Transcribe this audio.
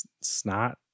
snot